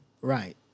Right